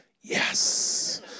yes